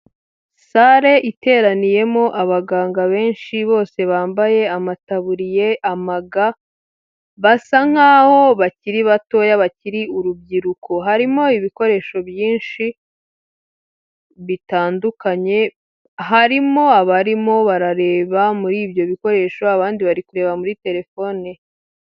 Sale iteraniyemo abaganga benshi bose bambaye: amataburiye, amaga, basa nkaho bakiri batoya bakiri urubyiruko, harimo ibikoresho byinshi bitandukanye, harimo abarimo barareba muri ibyo bikoresho abandi bari kureba muri terefone.